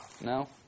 No